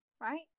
right